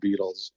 Beatles